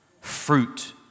fruit